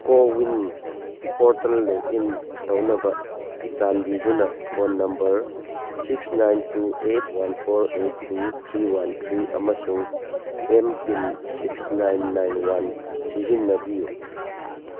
CoWIN portal login ꯇꯧꯅꯕ ꯆꯥꯟꯕꯤꯗꯨꯅ phone number six nine two eight one four eight two three one three ꯑꯃꯁꯨꯡ M PIN six nine nine one ꯁꯤꯖꯤꯟꯅꯕꯤꯌꯨ